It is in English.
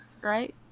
Right